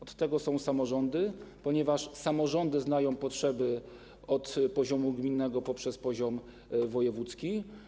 Od tego są samorządy, ponieważ samorządy znają lokalne potrzeby od poziomu gminnego poprzez poziom wojewódzki.